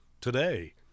today